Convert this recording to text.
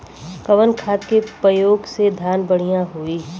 कवन खाद के पयोग से धान बढ़िया होई?